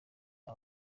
aba